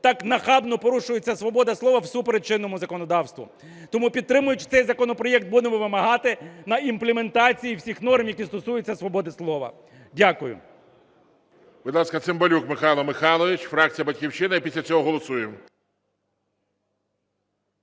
так нахабно порушується свобода слова всупереч чинному законодавству. Тому підтримуючи цей законопроект, будемо вимагати на імплементації всіх норм, які стосуються свободи слова. Дякую.